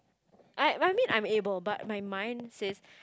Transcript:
I I mean I'm able but my mind says